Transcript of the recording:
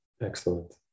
excellent